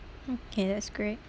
okay that's great